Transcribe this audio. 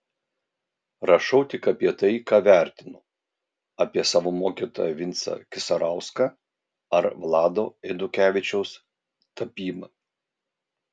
rašau tik apie tai ką vertinu apie savo mokytoją vincą kisarauską ar vlado eidukevičiaus tapybą